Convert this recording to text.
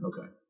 Okay